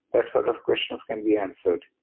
that sort of questions can be answered.